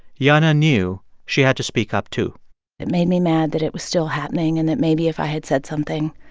jana knew she had to speak up, too it made me mad that it was still happening and that maybe if i had said something,